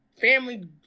family